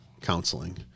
counseling